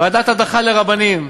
ועדת הדחה לרבנים.